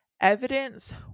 evidence